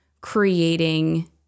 creating